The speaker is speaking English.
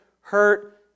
hurt